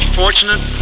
fortunate